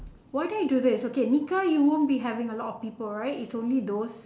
why don't you do this okay nikah you won't be having a lot of people right it's only those